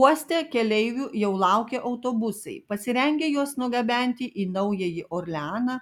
uoste keleivių jau laukia autobusai pasirengę juos nugabenti į naująjį orleaną